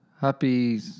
Happy